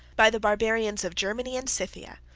by the barbarians of germany and scythia,